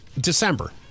December